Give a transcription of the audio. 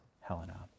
Helena